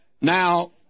Now